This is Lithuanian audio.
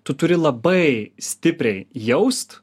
tu turi labai stipriai jaust